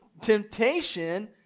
temptation